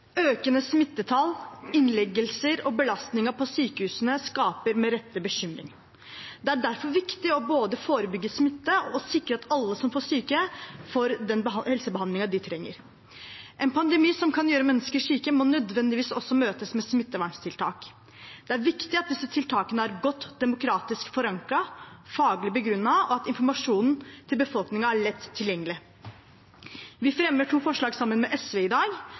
Økende smittetall, innleggelser og belastning på sykehusene skaper med rette bekymring. Det er derfor viktig både å forebygge smitte og å sikre at alle som blir syke, får den helsebehandlingen de trenger. En pandemi som kan gjøre mennesker syke, må nødvendigvis også møtes med smitteverntiltak. Det er viktig at disse tiltakene er godt demokratisk forankret og faglig begrunnet, og at informasjonen til befolkningen er lett tilgjengelig. Vi fremmer to forslag sammen med SV i dag.